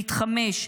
להתחמש,